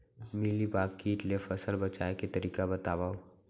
Mealybug किट ले फसल बचाए के तरीका बतावव?